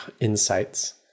insights